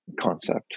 concept